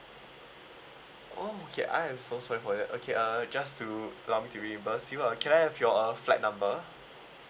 oh okay I am so sorry for that okay uh just to lump to reimburse you uh can I have your uh flight number